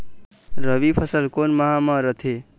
रबी फसल कोन माह म रथे?